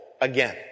again